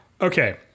Okay